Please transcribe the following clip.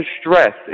stress